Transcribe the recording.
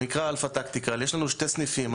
זה נקרא אלפא טקטיקל ויש לנו שני סניפים.